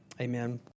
Amen